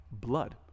blood